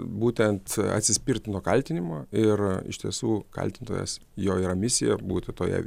būtent atsispirt nuo kaltinimo ir iš tiesų kaltintojas jo yra misija būti toje